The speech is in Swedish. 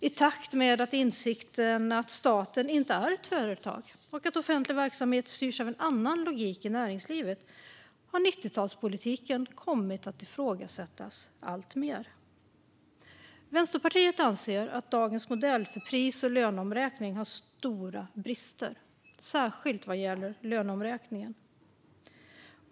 I takt med att insikten att staten inte är ett företag och att offentlig verksamhet styrs av en annan logik än näringslivet har vuxit fram har 90-talspolitiken kommit att ifrågasättas alltmer. Vänsterpartiet anser att dagens modell för pris och löneomräkning har stora brister, särskilt vad gäller löneomräkningen.